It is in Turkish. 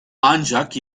ancak